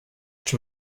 czy